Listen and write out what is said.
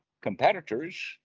competitors